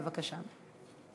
בבקשה.